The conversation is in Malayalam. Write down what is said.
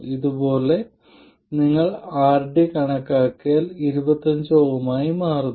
അതുപോലെ നിങ്ങൾ rD കണക്കാക്കിയാൽ അത് 25 Ω ആയി മാറുന്നു